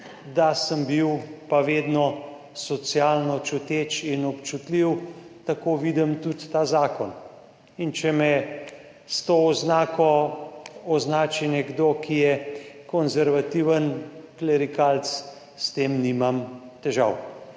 da sem bil pa vedno socialno čuteč in občutljiv, tako vidim tudi ta zakon. In če me s to oznako označi nekdo, ki je konservativen klerikalec, s tem nimam težav.